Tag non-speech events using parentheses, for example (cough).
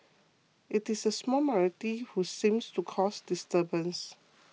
(noise) it is a small minority who seem to cause disturbance